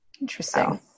Interesting